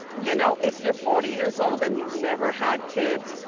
you know if you're forty years old and you've never had kids,